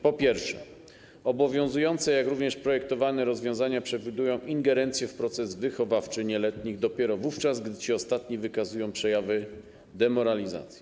Po pierwsze, obowiązujące, jak również projektowane rozwiązania przewidują ingerencję w proces wychowawczy nieletnich dopiero wówczas, gdy ci ostatni wykazują przejawy demoralizacji.